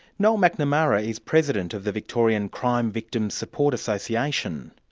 noel mcnamara is president of the victorian crime victims support association,